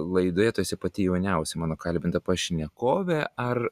laidoje tu esi pati jauniausia mano kalbinta pašnekovė ar